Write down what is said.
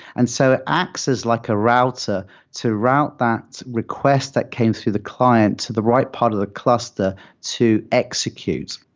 and so it acts as like a router to route that requests that came through the client to the right part of the cluster to execute.